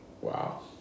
Wow